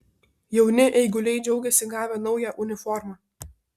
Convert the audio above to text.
jauni eiguliai džiaugiasi gavę naują uniformą